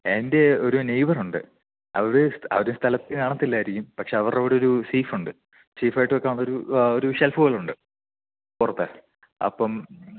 എൻ്റെ ഒരു നെയ്ബറ്ണ്ട് അവർ അവർ സ്ഥലത്ത് കാണത്തില്ലായിരിക്കും പക്ഷേ അവരുടെ അവിടെയൊരു സെഫുണ്ട് സേഫായിട്ട് വെക്കാനൊരു ഒരു ഷെൽഫ് പോലുണ്ട് പുറത്ത് അപ്പം